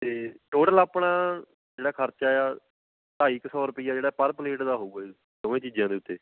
ਅਤੇ ਟੋਟਲ ਆਪਣਾ ਜਿਹੜਾ ਖਰਚਾ ਆ ਢਾਈ ਕੁ ਸੌ ਰੁਪਈਆ ਜਿਹੜਾ ਪਰ ਪਲੇਟ ਦਾ ਹੋਊਗਾ ਜੀ ਦੋਵੇਂ ਚੀਜ਼ਾਂ ਦੇ ਉੱਤੇ